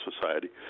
Society